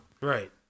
Right